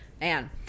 man